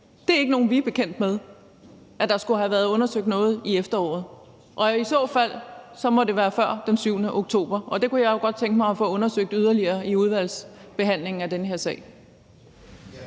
dag, er ikke nogen, vi er bekendt med, altså at der skulle have været undersøgt noget i efteråret. I så fald må det være før den 7. oktober, og det kunne jeg jo godt tænke mig at få undersøgt yderligere i udvalgsbehandlingen af den her sag.